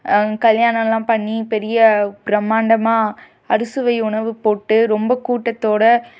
கல்யாணல்லாம் பண்ணி பெரிய பிரம்மாண்டமாக அறுசுவை உணவு போட்டு ரொம்ப கூட்டத்தோடு